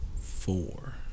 four